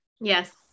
Yes